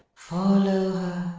follow